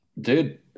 dude